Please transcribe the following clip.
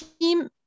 team